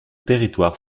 territoire